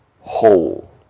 whole